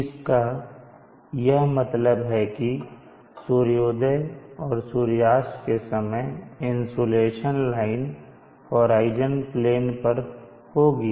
इसका यह मतलब है कि सूर्योदय और सूर्यास्त के समय इनसोलेशन लाइन होराइजन प्लेन पर होगी